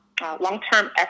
long-term